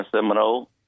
Seminole